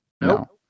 no